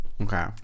okay